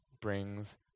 brings